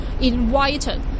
invited